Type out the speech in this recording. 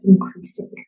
increasing